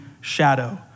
shadow